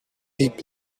deep